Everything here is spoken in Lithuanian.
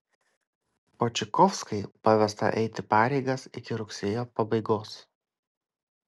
počikovskai pavesta eiti pareigas iki rugsėjo pabaigos